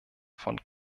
von